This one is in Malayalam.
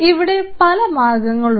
ഇവിടെ പല മാർഗ്ഗങ്ങളുണ്ട്